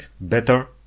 better